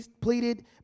pleaded